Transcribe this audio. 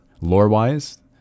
lore-wise